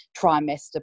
trimester